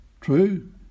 True